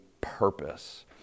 purpose